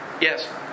Yes